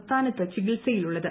സംസ്ഥാനത്ത് ചികിത്സയിലുള്ളത്